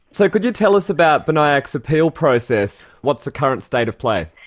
so could you tell us about binayak's appeal process, what's the current state of play.